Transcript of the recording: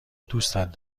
دوستت